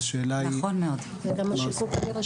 השאלה מה עושים?